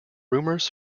rumors